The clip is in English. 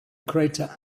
crater